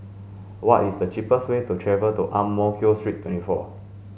what is the cheapest way to Ang Mo Kio Street twenty four